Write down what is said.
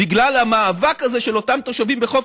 בגלל המאבק הזה של אותם תושבים בחוף